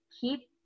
keep